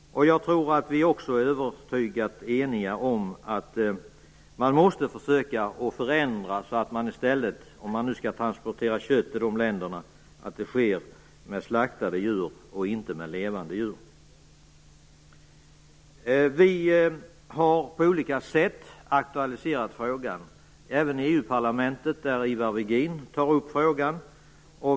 Jag tror att vi också är övertygat eniga om att man måste försöka förändra verksamheten. Om man nu skall transportera kött till dessa länder skall man transportera slaktade djur i stället för levande. Vi har på olika sätt aktualiserat frågan även i EU parlamentet, där Ivar Virgin tar upp frågan.